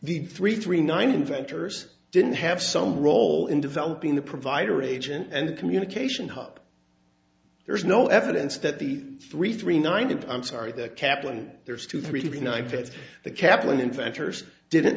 the three three nine inventors didn't have some role in developing the provider agent and communication up there is no evidence that the three three nine i'm sorry the kaplan there's two three three nine fits the kaplan inventors didn't